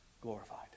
glorified